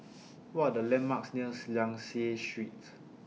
What Are The landmarks nears Liang Seah Street